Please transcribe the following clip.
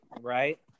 Right